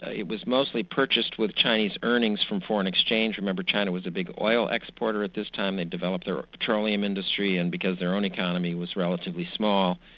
it was mostly purchased with chinese earnings from foreign exchange, remember china was a big oil exporter at this time, they developed their petroleum industry and because their own economy was relatively small,